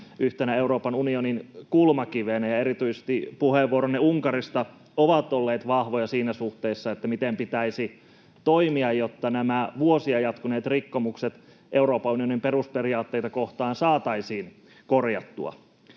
yhtenä Euroopan unionin kulmakivenä, ja erityisesti puheenvuoronne Unkarista ovat olleet vahvoja siinä suhteessa, miten pitäisi toimia, jotta nämä vuosia jatkuneet rikkomukset Euroopan unionin perusperiaatteita kohtaan saataisiin korjattua,